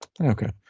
Okay